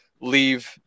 leave